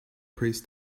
prays